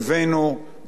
ואנחנו מקווים,